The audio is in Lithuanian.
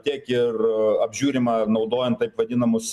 tiek ir apžiūrima naudojant taip vadinamus